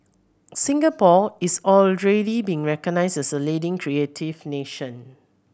Singapore is already being recognised as a leading creative nation